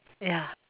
ya